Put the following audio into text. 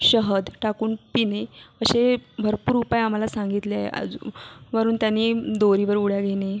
शहद टाकून पिणे असे भरपूर उपाय आम्हाला सांगितले अजू वरून त्यांनी दोरीवर उड्या घेणे